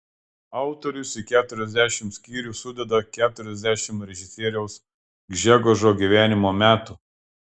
autorius į keturiasdešimt skyrių sudeda keturiasdešimt režisieriaus gžegožo gyvenimo metų